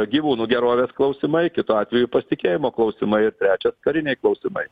gyvūnų gerovės klausimai kitu atveju pasitikėjimo klausimai ir trečias kariniai klausimai